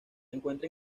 encuentra